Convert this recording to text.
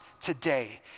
today